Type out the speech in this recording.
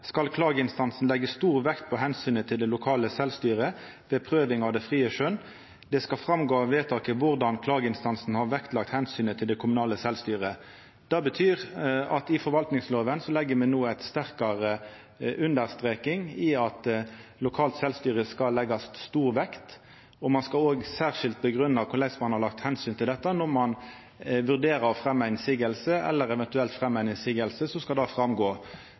skal klageinstansen legge stor vekt på hensynet til det lokale selvstyre ved prøving av det frie skjønn. Det skal fremgå av vedtaket hvordan klageinstansen har vektlagt hensynet til det kommunale selvstyret .» Det betyr at i forvaltningslova legg me no ei sterkare understreking av at lokalt sjølvstyre skal leggjast stor vekt på, og ein skal særskilt grunngje korleis ein har tatt omsyn til dette. Når ein vurderer å fremja motsegn, eller eventuelt fremjar ei motsegn, skal dette gå fram. Det